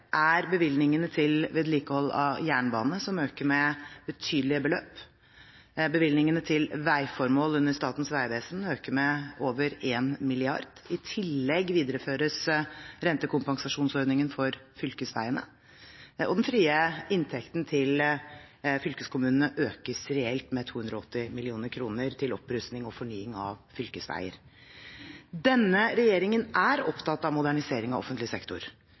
er bevilgningene til vedlikehold av jernbanen som øker med betydelige beløp, bevilgningene til veiformål under Statens vegvesen øker med over 1 mrd. kr, i tillegg videreføres rentekompensasjonsordningen for fylkesveiene, og den frie inntekten til fylkeskommunene økes reelt med 280 mill. kr til opprustning og fornying av fylkesveier. Denne regjeringen er opptatt av modernisering av offentlig sektor.